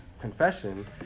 confession